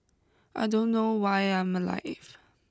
I don't know why I'm alive